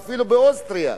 ואפילו באוסטריה,